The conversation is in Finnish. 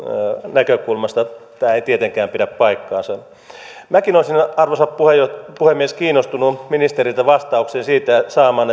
näkökulmasta tämä ei tietenkään pidä paikkaansa minäkin olisin arvoisa puhemies puhemies kiinnostunut saamaan ministeriltä vastauksen siihen